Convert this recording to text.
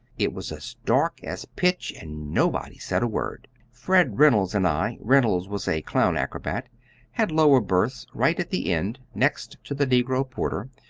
it was as dark as pitch, and nobody said a word. fred reynolds and i reynolds was a clown acrobat had lower berths right at the end, next to the negro porter,